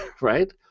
right